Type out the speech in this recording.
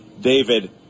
David